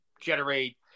generate